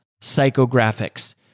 psychographics